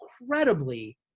incredibly